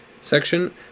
Section